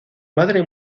madre